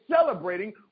celebrating